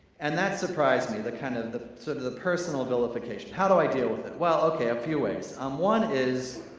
and that surprised me, the kind of the sort of personal vilification. how do i deal with it? well, okay, a few ways. um one is